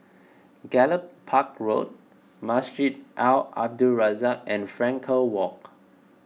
Gallop Park Road Masjid Al Abdul Razak and Frankel Walk